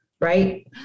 right